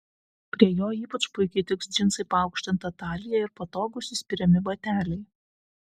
prie jo ypač puikiai tiks džinsai paaukštinta talija ir patogūs įspiriami bateliai